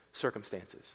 circumstances